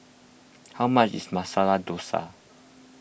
how much is Masala Dosa